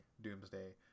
doomsday